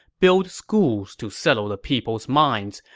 build schools to settle the people's minds.